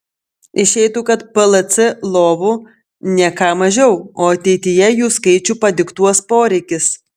išeitų kad plc lovų ne ką mažiau o ateityje jų skaičių padiktuos poreikis